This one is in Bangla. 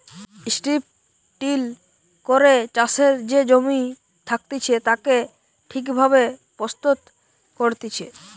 স্ট্রিপ টিল করে চাষের যে জমি থাকতিছে তাকে ঠিক ভাবে প্রস্তুত করতিছে